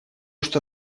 что